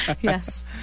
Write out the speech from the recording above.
Yes